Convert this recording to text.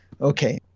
Okay